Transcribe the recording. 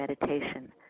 meditation